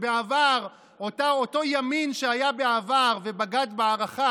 בעבר אותו ימין, שהיה בעבר ובגד בערכיו,